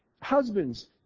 Husbands